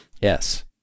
Yes